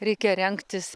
reikia rengtis